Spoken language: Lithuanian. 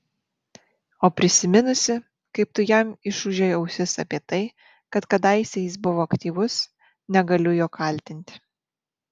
o prisiminusi kaip tu jam išūžei ausis apie tai kad kadaise jis buvo aktyvus negaliu jo kaltinti